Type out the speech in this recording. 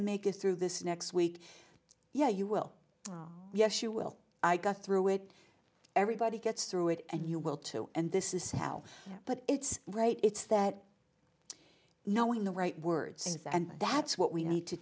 to make it through this next week yeah you will yes you will i got through it everybody gets through it and you will too and this is how but it's right it's that knowing the right words is and that's what we need to